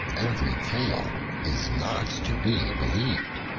every tale is not to be believed.